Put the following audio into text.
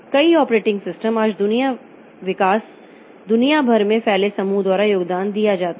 कई operating system आज विकास दुनिया भर में फैले समूहों द्वारा योगदान दिया जाता है